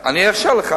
אני אאפשר לך,